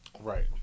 Right